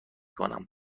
کنم